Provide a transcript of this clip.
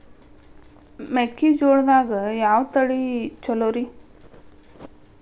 ಮೆಕ್ಕಿಜೋಳದಾಗ ಯಾವ ತಳಿ ಛಲೋರಿ?